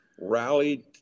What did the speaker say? rallied